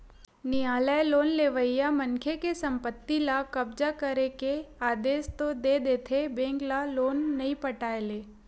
नियालय लोन लेवइया मनखे के संपत्ति ल कब्जा करे के आदेस तो दे देथे बेंक ल लोन नइ पटाय ले